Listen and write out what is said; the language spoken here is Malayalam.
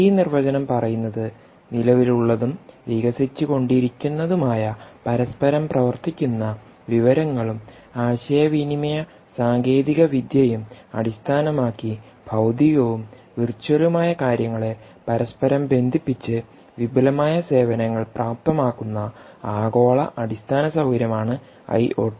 ഈ നിർവചനം പറയുന്നത് നിലവിലുള്ളതും വികസിച്ചുകൊണ്ടിരിക്കുന്നതുമായ പരസ്പരം പ്രവർത്തിക്കുന്ന വിവരങ്ങളും ആശയവിനിമയ സാങ്കേതികവിദ്യയും അടിസ്ഥാനമാക്കി ഭൌതികവും വിർച്വലും ആയ കാര്യങ്ങളെ പരസ്പരം ബന്ധിപ്പിച്ച് വിപുലമായ സേവനങ്ങൾ പ്രാപ്തമാക്കുന്ന ആഗോള അടിസ്ഥാന സൌകര്യം ആണ് ഐ ഓ ടി